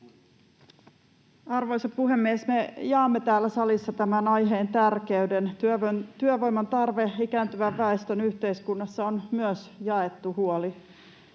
Arvoisa puhemies! Me jaamme täällä salissa tämän aiheen tärkeyden. Työvoiman tarve ikääntyvän väestön yhteiskunnassa on myös jaettu huoli.